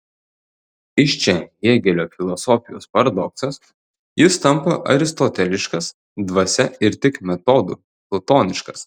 iš čia hėgelio filosofijos paradoksas jis tampa aristoteliškas dvasia ir tik metodu platoniškas